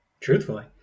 truthfully